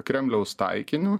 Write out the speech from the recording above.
kremliaus taikiniu